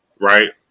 Right